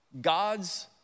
God's